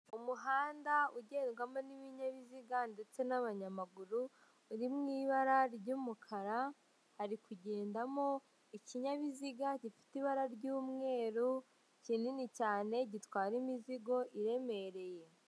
Umuhanda ugendwamo n'ibinyabiziga ndetse n'abanyamaguru, uri mu ibara ry'umukara, hari kugendamo ikinyabiziga gifite ibara ry'umweru, kinini cyane gitwara imizigo iremereye.